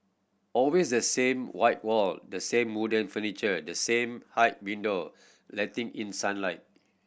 always the same white wall the same wooden furniture the same high window letting in sunlight